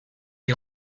est